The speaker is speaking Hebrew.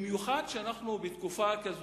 במיוחד כשאנחנו בתקופה כזאת,